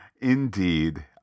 Indeed